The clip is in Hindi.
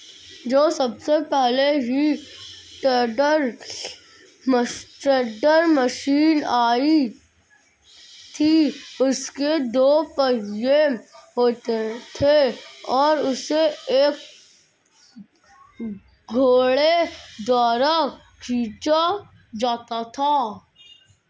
जो सबसे पहले हे टेडर मशीन आई थी उसके दो पहिये होते थे और उसे एक घोड़े द्वारा खीचा जाता था